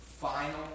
final